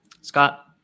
Scott